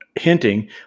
hinting